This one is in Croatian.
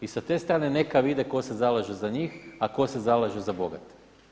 I sa te strane neka vide tko se zalaže za njih, a tko se zalaže za bogate.